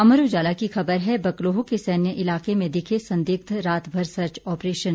अमर उजाला की खबर है बकलोह के सैन्य इलाके में दिखे संदिग्ध रात भर सर्च ऑपरेशन